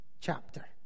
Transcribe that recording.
chapter